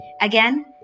Again